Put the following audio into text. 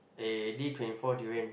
eh D twenty four durian